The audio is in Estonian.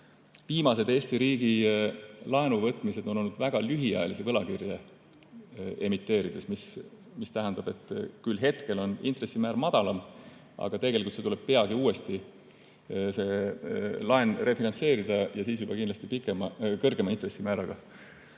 Viimased Eesti riigi laenuvõtmised on olnud väga lühiajalisi võlakirju emiteerides, mis tähendab seda, et hetkel on intressimäär küll madalam, aga tegelikult tuleb see laen peagi uuesti refinantseerida ja siis juba kindlasti kõrgema intressimääraga.